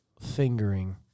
fingering